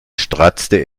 stratzte